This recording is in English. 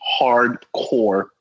hardcore